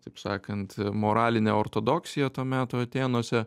taip sakant moralinę ortodoksiją to meto atėnuose